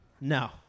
No